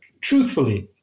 truthfully